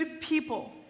people